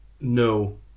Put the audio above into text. No